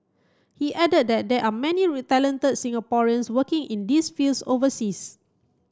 he added that there are many talented Singaporeans working in these fields overseas